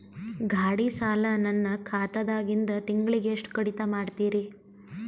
ಗಾಢಿ ಸಾಲ ನನ್ನ ಖಾತಾದಾಗಿಂದ ತಿಂಗಳಿಗೆ ಎಷ್ಟು ಕಡಿತ ಮಾಡ್ತಿರಿ?